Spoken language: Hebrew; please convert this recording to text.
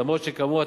אף שכאמור,